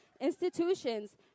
Institutions